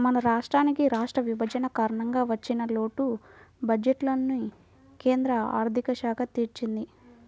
మన రాష్ట్రానికి రాష్ట్ర విభజన కారణంగా వచ్చిన లోటు బడ్జెట్టుని కేంద్ర ఆర్ధిక శాఖ తీర్చింది